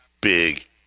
big